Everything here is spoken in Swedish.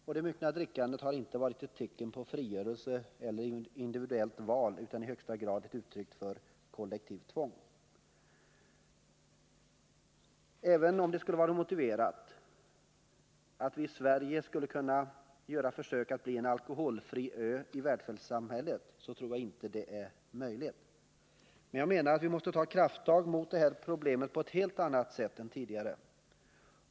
Och det myckna drickandet har inte varit ett tecken på frigörelse eller individuellt val utan i högsta grad ett uttryck för kollektivt tvång. Även om det skulle vara motiverat att vi i Sverige skulle göra försök att bli en alkoholfri ö i världssamhället, så tror jag inte det är Nr 54 möjligt. Men jag menar att vi måste ta krafttag mot det här problemet på ett Måndagen den helt annat sätt än tidigare.